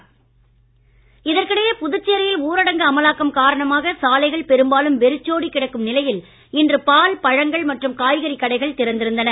MLA வழக்கு சேர்க்கை இதற்கிடையே புதுச்சேரியில் ஊரடங்கு அமலாக்கம் காரணமாக சாலைகள் பெரும்பாலும் வெறிச்சோடி கிடந்த நிலையில் இன்று பால் பழங்கள் மற்றும் காய்கறி கடைகள் திறந்து இருந்தன